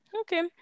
Okay